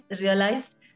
realized